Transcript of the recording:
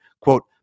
quote